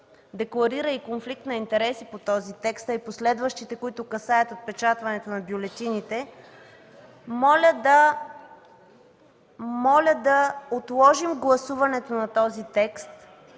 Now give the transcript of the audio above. декларира и конфликт на интереси по този текст, а и по следващите, които касаят отпечатването на бюлетините, моля да отложим гласуването на този текст,